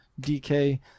DK